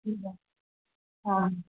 ठीकु आहे हा